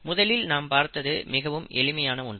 முதலில் நாம் பார்த்தது மிகவும் எளிமையான ஒன்று